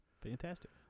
fantastic